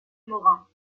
morin